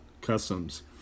customs